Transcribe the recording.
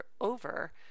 over